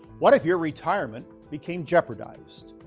what if your retirement became jeopardized?